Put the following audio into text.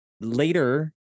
later